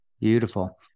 Beautiful